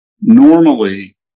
normally